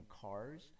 cars